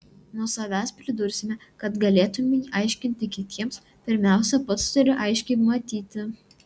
nuo savęs pridursime kad galėtumei aiškinti kitiems pirmiausia pats turi aiškiai matyti